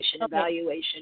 evaluation